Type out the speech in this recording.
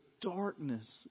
darkness